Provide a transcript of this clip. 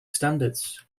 standards